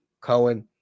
Cohen